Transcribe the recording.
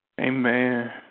Amen